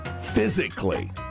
physically